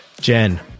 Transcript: Jen